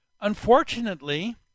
unfortunately